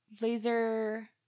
laser